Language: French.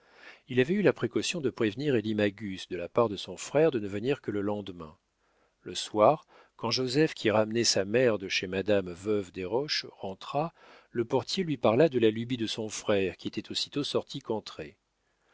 il avait eu la précaution de prévenir elie magus de la part de son frère de ne venir que le lendemain le soir quand joseph qui ramenait sa mère de chez madame veuve desroches rentra le portier lui parla de la lubie de son frère qui était aussitôt sorti qu'entré